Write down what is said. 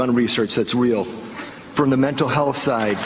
going to research that's real from the mental health side